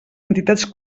entitats